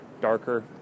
darker